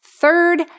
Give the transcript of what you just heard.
Third